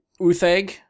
Uthag